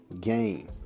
game